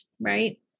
Right